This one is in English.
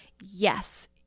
yes